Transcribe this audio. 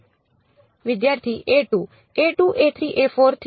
વિદ્યાર્થી